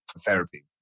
therapy